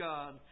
God